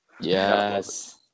Yes